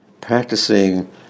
practicing